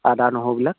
আদা নহৰুবিলাক